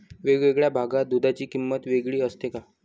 वेगवेगळ्या भागात दूधाची किंमत वेगळी असते का?